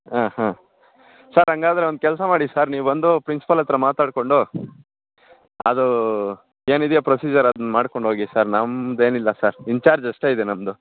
ಹಾಂ ಹಾಂ ಸರ್ ಹಂಗಾದ್ರೆ ಒಂದು ಕೆಲಸ ಮಾಡಿ ಸರ್ ನೀವು ಬಂದು ಪ್ರಿನ್ಸ್ಪಲ್ ಹತ್ರ ಮಾತಾಡ್ಕೊಂಡು ಅದೂ ಏನಿದ್ಯೋ ಪ್ರೊಸೀಝರ್ ಅದನ್ನ ಮಾಡ್ಕೊಂಡು ಹೋಗಿ ಸರ್ ನಮ್ದ ಏನಿಲ್ಲ ಸರ್ ಇಂಚಾರ್ಜ್ ಅಷ್ಟೆ ಇದೆ ನಮ್ಮದು